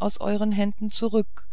aus euren händen zurück